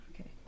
Okay